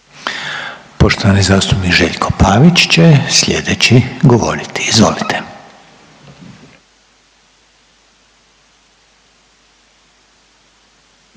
Poštovani zastupnik Željko Pavić će sljedeći govoriti. Izvolite.